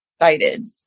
excited